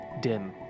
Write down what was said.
dim